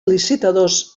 licitadors